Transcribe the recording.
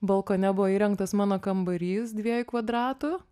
balkone buvo įrengtas mano kambarys dviejų kvadratų